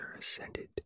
ascended